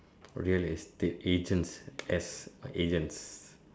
real estate agents s agents